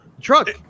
Truck